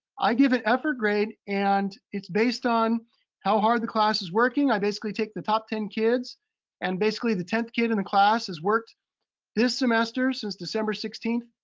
i give it effort grade and it's based on how hard the class is working. i basically take the top ten kids and basically the tenth kid in the class has worked this semester, semester, since december sixteenth,